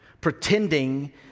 Pretending